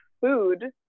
food